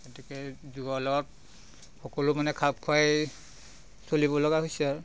গতিকে যুগৰ লগত সকলো মানে খাপখোৱাই চলিব লগা হৈছে আৰু